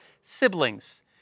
siblings